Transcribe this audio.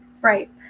right